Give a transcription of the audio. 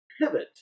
pivot